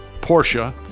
Porsche